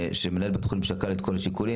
שמנהל בית החולים שקל את כל השיקולים.